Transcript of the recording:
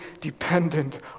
dependent